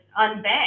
unbanked